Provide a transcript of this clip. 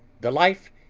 the life,